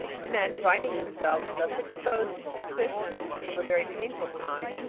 the men, finding themselves thus exposed to suspicions of a very painful kind,